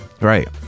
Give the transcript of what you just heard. Right